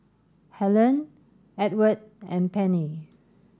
Helene Edward and Pennie